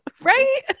right